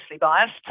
biased